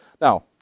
Now